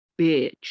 bitch